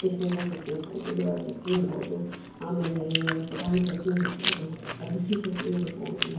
ಈ ಶೇಂಗ ಚಟ್ನಿ ಇರ್ಬೋದು ಹುರಳಿ ಚಟ್ನಿ ಇರ್ಬೋದು ಆಮೇಲೆ ಪುಟಾಣಿ ಚಟ್ನಿ ಇರ್ಬೋದು ಅಗಸ್ಸಿ ಚಟ್ನಿ ಇರ್ಬೋದು